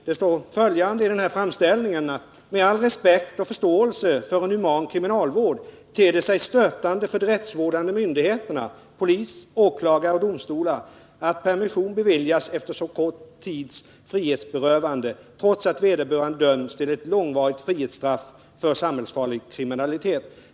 Det står bl.a. följande i framställningen: ”Med all respekt och förståelse för en human kriminalvård ter det sig stötande för de rättsvårdande myndigheterna — polis, åklagare och domstolar - att permission beviljas efter så kort tids frihetsberövande trots att vederbörande dömts till ett långvarigt frihetsstraff för samhällsfarlig kriminalitet.